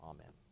Amen